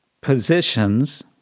positions